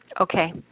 Okay